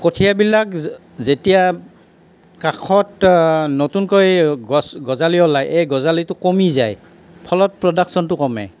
কঠিয়াবিলাক যেতিয়া কাষত নতুনকৈ গছ গজালি ওলায় এই গজালিটো কমি যায় ফলত প্ৰডাকশ্যনটো কমে